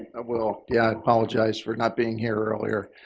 ah will. yeah, i apologize for not being here earlier.